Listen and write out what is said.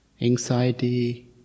anxiety